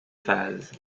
phases